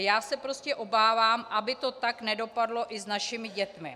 Já se prostě obávám, aby to tak nedopadlo i s našimi dětmi.